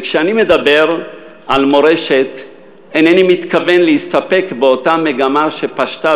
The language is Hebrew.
וכשאני מדבר על מורשת אינני מתכוון להסתפק באותה מגמה שפשטה